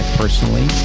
personally